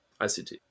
ICT